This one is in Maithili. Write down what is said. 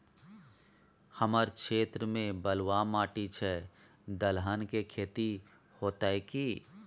हमर क्षेत्र में बलुआ माटी छै, दलहन के खेती होतै कि?